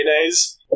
mayonnaise